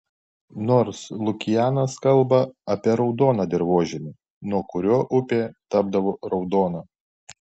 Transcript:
nors lukianas kalba apie raudoną dirvožemį nuo kurio upė tapdavo raudona